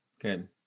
Good